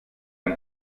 man